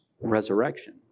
resurrection